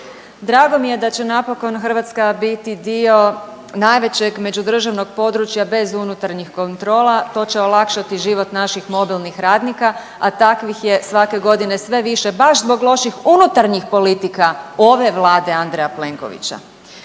Drago mi je da će napokon Hrvatska biti dio najvećeg međudržavnog područja bez unutarnjih kontrola, to će olakšati život naših mobilnih radnika, a takvih je svake godine sve više baš zbog loših unutarnjih politika ove Vlade Andreja Plenkovića.